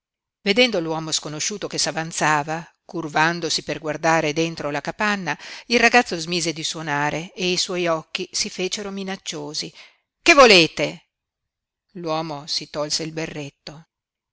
vedendo l'uomo sconosciuto che s'avanzava curvandosi per guardare dentro la capanna il ragazzo smise di suonare e i suoi occhi si fecero minacciosi che volete l'uomo si tolse il berretto